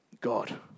God